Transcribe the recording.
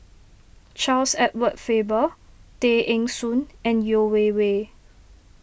Charles Edward Faber Tay Eng Soon and Yeo Wei Wei